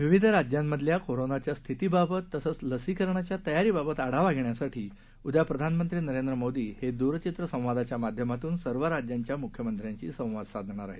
विविध राज्यांमधल्या कोरोनाच्या स्थितीबाबत तसंच लसीकरणीच्या तयारीबाबत आढावा घेण्यासाठी उद्या प्रधानमंत्री नरेंद्र मोदी हे द्रचित्रसंवादाच्या माध्यमातून सर्व राज्यांच्या मुख्यमंत्र्यांशी संवाद साधणार आहेत